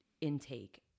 intake